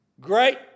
great